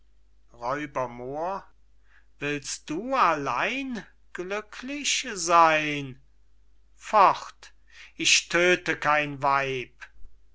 willst du allein glücklich seyn fort ich tödte kein weib